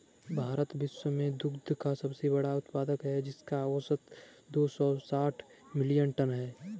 भारत विश्व में दुग्ध का सबसे बड़ा उत्पादक है, जिसका औसत दो सौ साठ मिलियन टन है